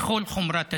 בכל חומרת הדין.